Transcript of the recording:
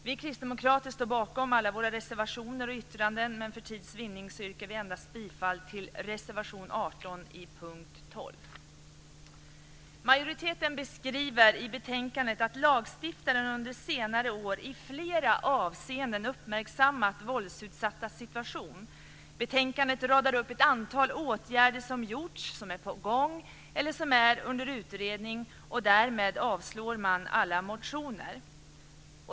Vi kristdemokrater står bakom alla våra reservationer och yttranden, men för tids vinning yrkar vi endast bifall till reservation 18 under punkt Majoriteten beskriver i betänkandet att lagstiftaren under senare år i flera avseenden uppmärksammat våldsutsattas situation. Betänkandet radar upp ett antal åtgärder som gjorts, som är på gång eller som är under utredning, och därmed avstyrker man alla motioner.